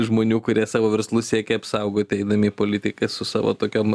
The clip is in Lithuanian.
žmonių kurie savo verslus siekia apsaugoti eidami į politiką su savo tokiom